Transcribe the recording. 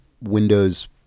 Windows